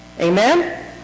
Amen